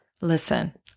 Listen